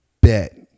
Bet